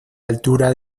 altura